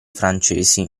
francesi